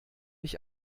ich